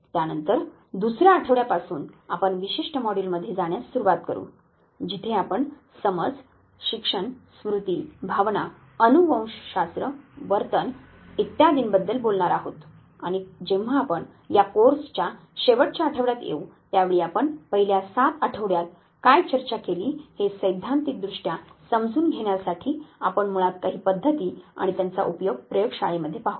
त्यानंतर दुसर्या आठवड्यापासून आपण विशिष्ट मॉड्यूलमध्ये जाण्यास सुरवात करू जिथे आपण समज शिक्षण स्मृती भावना अनुवंशशास्त्र वर्तन इत्यादींबद्दल बोलनार आहोत आणि जेव्हा आपण या कोर्सच्या शेवटच्या आठवड्यात येऊ त्यावेळी आपण पहिल्या 7 आठवड्यात काय चर्चा केली हे सैद्धांतिकदृष्ट्या समजण्यासाठी आपण मुळात काही पद्धती आणि त्यांचा उपयोग प्रयोगशाळे मध्ये पाहू